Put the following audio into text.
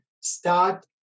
start